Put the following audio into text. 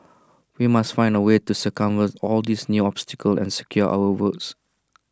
we must find A way to circumvent all these new obstacle and secure our votes